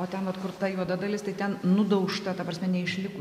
o ten vat kur ta juoda dalis tai ten nudaužta ta prasme neišlikusi